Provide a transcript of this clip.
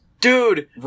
Dude